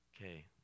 Okay